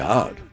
God